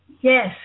Yes